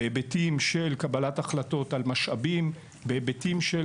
בהיבטים של קבלת החלטות לגבי משאבים ומתן